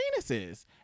penises